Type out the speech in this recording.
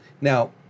Now